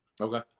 okay